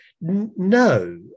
No